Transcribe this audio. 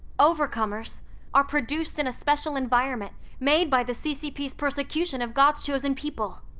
overcomers are produced in a special environment made by the ccp's persecution of god's chosen people.